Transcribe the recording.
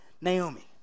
Naomi